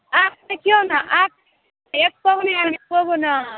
आके देखिऔ ने आके एकोगो नहि आएल एकोगो नहि